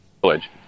Village